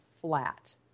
flat